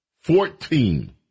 Fourteen